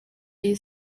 y’i